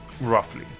roughly